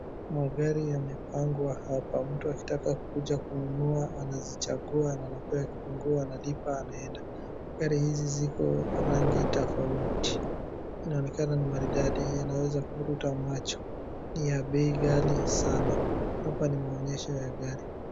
Magari yamepangwa hapa, mtu akitaka kuja kununa anazichagua na anapewa kifunguo analipa anaenda. Gari hizi ziko rangi tofauti, inaonekana ni maridadi, yanaweza kuvuruta macho. Ni ya bei ghali sana, hapa ni maonyesho ya gari.